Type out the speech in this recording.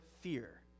fear